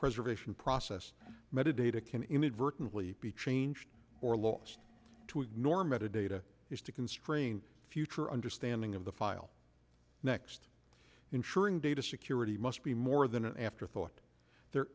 preservation process medha data can inadvertently be changed or lost to ignore mehta data is to constrain future understanding of the file next ensuring data security must be more than an afterthought there